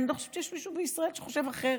אני לא חושבת שיש מישהו בישראל שחושב אחרת.